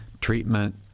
treatment